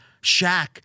Shaq